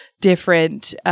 different